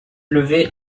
levée